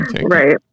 Right